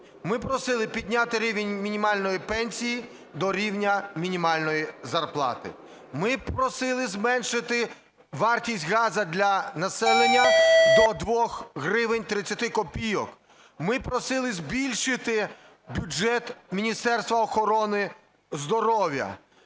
Ми просили підняти рівень мінімальної пенсії до рівня мінімальної зарплати. Ми просили зменшити вартість газу для населення до 2 гривень 30 копійок. Ми просили збільшити бюджет Міністерства охорони здоров'я.